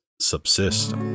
subsist